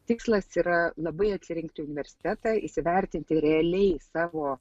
tikslas yra labai atsirinkti universitetą įsivertinti realiai savo